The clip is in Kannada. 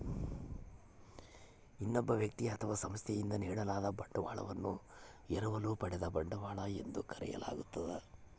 ಇನ್ನೊಬ್ಬ ವ್ಯಕ್ತಿ ಅಥವಾ ಸಂಸ್ಥೆಯಿಂದ ನೀಡಲಾದ ಬಂಡವಾಳವನ್ನು ಎರವಲು ಪಡೆದ ಬಂಡವಾಳ ಎಂದು ಕರೆಯಲಾಗ್ತದ